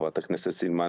חברת הכנסת סילמן,